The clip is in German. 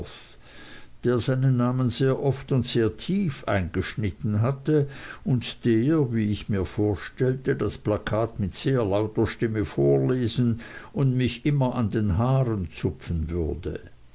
der seinen namen sehr oft und sehr tief eingeschnitten hatte und der wie ich mir vorstellte das plakat mit sehr lauter stimme vorlesen und mich immer an den haaren zupfen würde